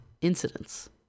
incidents